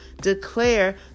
declare